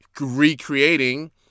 recreating